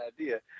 idea